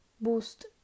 boost